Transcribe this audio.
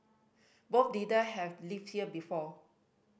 both leader have lived here before